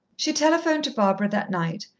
she telephoned to barbara that night,